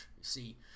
see